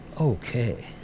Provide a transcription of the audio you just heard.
Okay